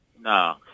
No